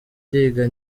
ndiga